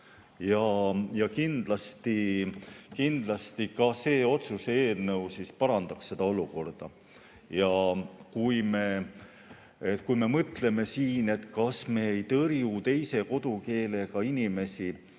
Ja kindlasti ka selle otsuse eelnõu [heakskiitmine] parandaks seda olukorda. Jah, me mõtleme siin, kas me ei tõrju teise kodukeelega inimesi.